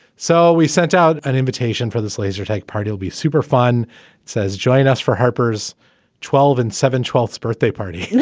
so we sent out an invitation for this laser tag party. will be super fun says join us for harper's twelve and seven twelfths birthday party